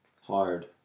Hard